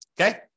Okay